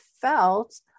felt